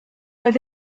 oedd